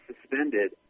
suspended